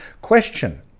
question